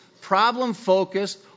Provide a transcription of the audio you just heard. problem-focused